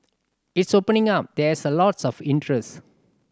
it's opening up there's lots of interest